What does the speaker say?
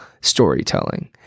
storytelling